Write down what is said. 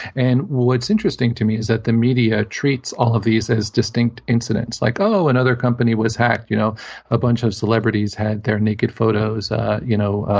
and what's interesting to me is that the media treats all of these as distinct incidents, like, oh, another company was hacked. you know a bunch of celebrities had their naked photos ah you know ah